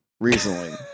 recently